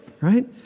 right